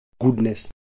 goodness